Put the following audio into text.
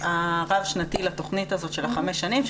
הרב שנתי לתכנית הזאת של ה-5 שנים,